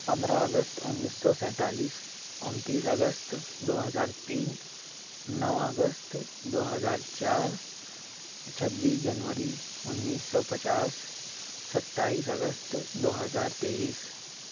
پندرہ اگست انیس سو سینتالیس انتیس اگست دو ہزار تین نو اگست دو ہزار چار چھبیس جنوری انیس سو پچاس ستائیس اگست دو ہزار تئیس